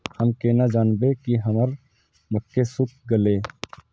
हम केना जानबे की हमर मक्के सुख गले?